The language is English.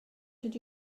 did